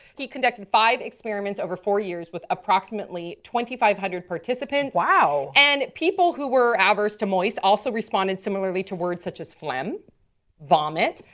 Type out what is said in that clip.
he conducted five experiments over four years with approximately twenty five hundred participants. wow. and people who were adverse to moyse also responded similarly to words such as flem vomit,